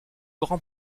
grand